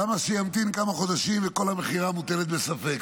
למה שימתין כמה חודשים וכל המכירה מוטלת בספק?